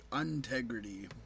Integrity